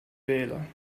wähler